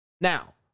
Now